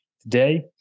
today